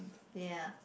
ya